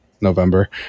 November